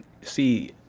see